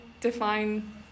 define